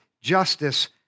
justice